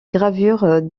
gravures